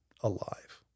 alive